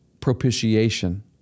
propitiation